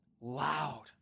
loud